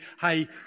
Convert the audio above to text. hey